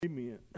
Amen